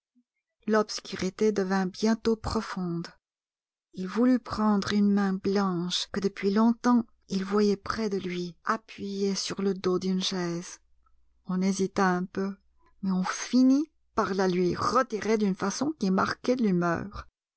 l'obscurité devint bientôt profonde il voulut prendre une main blanche que depuis longtemps il voyait près de lui appuyée sur le dos d'une chaise on hésita un peu mais on finit par la lui retirer d'une façon qui marquait de l'humeur